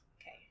Okay